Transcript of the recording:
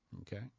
okay